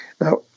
Now